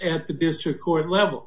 at the district court level